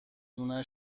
لونه